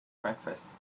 breakfast